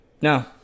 no